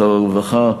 שר הרווחה,